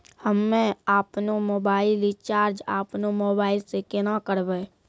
हम्मे आपनौ mobile recharge आपनौ मोबाइल से केना करवै?